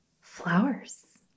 flowers